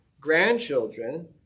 grandchildren